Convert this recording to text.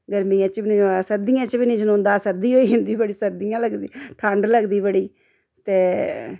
गर्मियें च बी नेईं होऐ सर्दियें च बी नेईं चलोंदा सर्दी होई जंदी बड़ी सर्दी इ'यां लगदी ठंड लगदी बड़ी ते